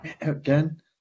again